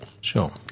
Sure